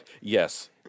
yes